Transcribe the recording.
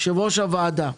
יו"ר הוועדה.